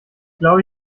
glaube